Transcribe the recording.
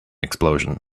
explosion